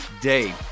day